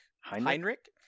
Heinrich